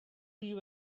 you